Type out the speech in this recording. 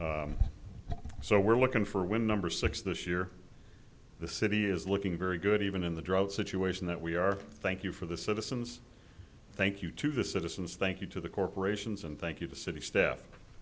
enough so we're looking for when number six this year the city is looking very good even in the drought situation that we are thank you for the citizens thank you to the citizens thank you to the corporations and thank you the city st